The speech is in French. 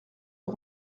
aux